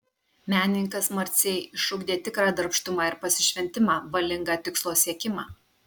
menininkas marcei išugdė tikrą darbštumą ir pasišventimą valingą tikslo siekimą